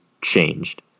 changed